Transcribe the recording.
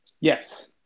Yes